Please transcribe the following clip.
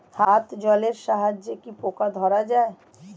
হাত জলের সাহায্যে কি পোকা ধরা যায়?